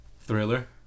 Thriller